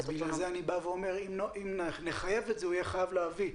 לכן אני אומר שאם נחייב את זה הוא יהיה חייב להביא.